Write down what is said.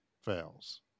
fails